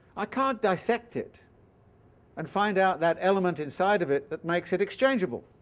i can't dissect it and find out that element inside of it that makes it exchangeable.